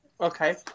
Okay